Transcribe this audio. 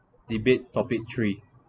debate topic tree